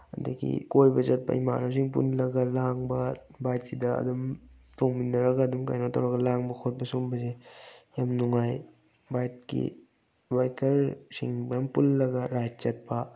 ꯑꯗꯒꯤ ꯀꯣꯏꯕ ꯆꯠꯄ ꯏꯃꯥꯟꯅꯕꯁꯤꯡ ꯄꯨꯜꯂꯒ ꯂꯥꯡꯕ ꯕꯥꯏꯛꯁꯤꯗ ꯑꯗꯨꯝ ꯇꯣꯡꯃꯤꯟꯅꯔꯒ ꯑꯗꯨꯝ ꯀꯩꯅꯣ ꯇꯧꯔꯒ ꯂꯥꯡꯕ ꯈꯣꯠꯄ ꯁꯨꯝꯕꯁꯦ ꯌꯥꯝ ꯅꯨꯡꯉꯥꯏ ꯕꯥꯏꯛꯀꯤ ꯕꯥꯏꯛꯀꯔꯁꯤꯡ ꯃꯌꯥꯝ ꯄꯨꯜꯂꯒ ꯔꯥꯏꯠ ꯆꯠꯄ